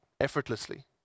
effortlessly